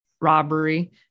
robbery